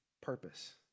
purpose